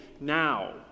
now